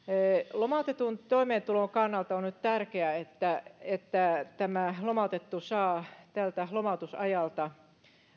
lomautetun toimeentulon kannalta on nyt tärkeää että että tämä lomautettu saa tältä lomautusajalta